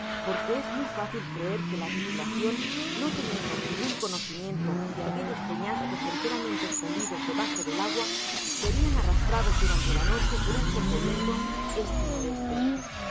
porque es muy fácil creer que la tripulacion no teniendo ningun conocimiento de aquellos peñascos enteramente escondidos debajo del agua serian arrastrados durante la noche por un fuerte viento dee n e